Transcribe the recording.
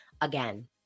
again